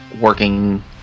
working